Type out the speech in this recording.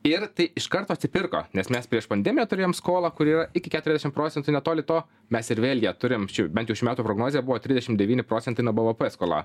ir tai iš karto atsipirko nes mes prieš pandemiją turėjom skolą kuri yra iki keturiasdešim procentų netoli to mes ir vėl ją turim bent jau šių metų prognozė buvo trisdešim devyni procentai nuo bvp skola